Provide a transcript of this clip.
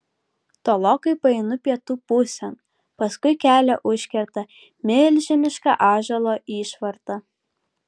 tolokai paeinu pietų pusėn paskui kelią užkerta milžiniška ąžuolo išvarta